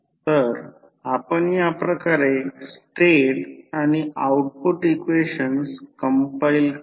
तर आपण या प्रकारे स्टेट आणि आउटपुट इक्वेशन कंपाईल करू